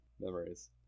memories